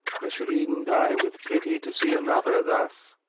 i should e'en die with pity, to see another thus.